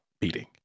beating